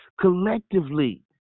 collectively